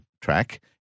track